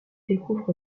découvre